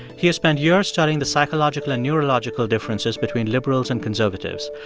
he has spent years studying the psychological and neurological differences between liberals and conservatives.